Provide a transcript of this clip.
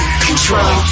control